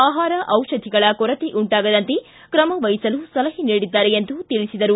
ಆಹಾರ ಔಷಧಗಳ ಕೊರತೆ ಉಂಟಾಗದಂತೆ ಕ್ರಮ ವಹಿಸಲು ಸಲಹೆ ನೀಡಿದ್ದಾರೆ ಎಂದು ತಿಳಿಸಿದರು